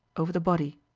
over the body,